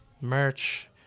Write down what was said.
merch